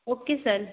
okay sir